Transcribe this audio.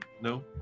No